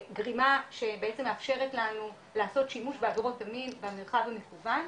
גרימה שבעצם מאפשרת לנו לעשות שימוש בעבירות המין במרחב המקוון.